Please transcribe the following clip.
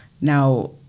Now